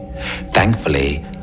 Thankfully